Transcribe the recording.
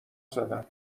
زدم